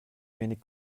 wenig